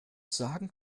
sagen